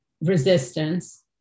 resistance